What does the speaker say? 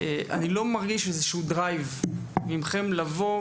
אני לא מרגיש איזשהו דרייב מכם לבוא,